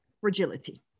fragility